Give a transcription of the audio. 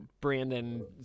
Brandon